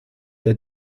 der